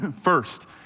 First